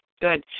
good